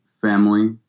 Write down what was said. family